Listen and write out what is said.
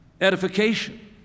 edification